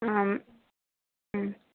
ஆம் ம்